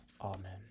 Amen